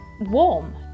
warm